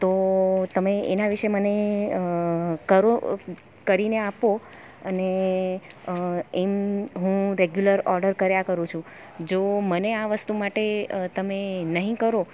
તો તમે એનાં વિશે મને કરો કરીને આપો અને એમ હું રેગ્યુલર ઓર્ડર કર્યા કરું છું જો મને આ વસ્તુ માટે તમે નહીં કરો